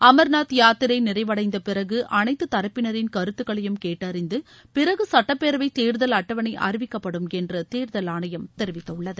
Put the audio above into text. அமர்நாத் யாத்திரை நிறைவடைந்த பிறகு அனைத்து தரப்பினரின் கருத்துகளையும் கேட்டறிந்து பிறகு சட்டப்பேரவை தேர்தல் அட்டவணை அறிவிக்கப்படும் என்று தேர்தல் ஆணையம் தெரிவித்துள்ளது